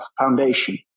foundation